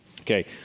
okay